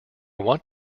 want